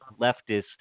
leftist